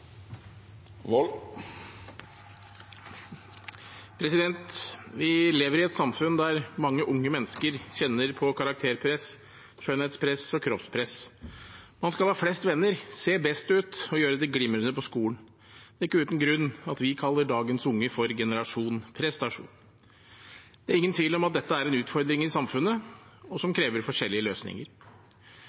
Vi lever i et samfunn der mange unge mennesker kjenner på karakterpress, skjønnhetspress og kroppspress. Man skal ha flest venner, se best ut og gjøre det glimrende på skolen. Det er ikke uten grunn at vi kaller dagens unge for «generasjon prestasjon». Det er ingen tvil om at dette er en utfordring i samfunnet, og at den krever forskjellige løsninger.